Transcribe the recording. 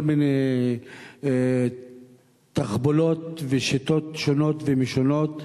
מיני תחבולות ושיטות שונות ומשונות,